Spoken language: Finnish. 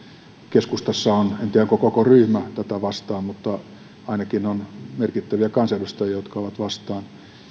keskustassa on en tiedä onko koko ryhmä tätä vastaan ainakin merkittäviä kansanedustajia jotka ovat vastaan